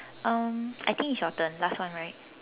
um I think it's your turn last one right